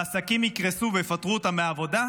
ועסקים יקרסו ויפטרו אנשים מהעבודה,